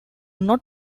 not